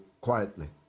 quietly